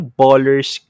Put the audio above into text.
ballers